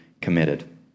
committed